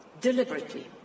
deliberately